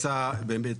נעשה באמת,